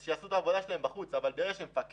אז שיעשו את העבודה שלהם בחוץ אבל ברגע שמפקד